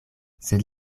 sed